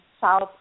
south